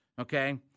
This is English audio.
okay